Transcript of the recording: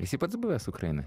esi pats buvęs ukrainoj